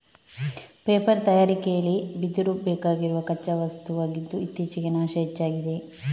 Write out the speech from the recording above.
paper ತಯಾರಿಕೆಲಿ ಬಿದಿರು ಬೇಕಾಗಿರುವ ಕಚ್ಚಾ ವಸ್ತು ಆಗಿದ್ದು ಇತ್ತೀಚೆಗೆ ನಾಶ ಹೆಚ್ಚಾಗಿದೆ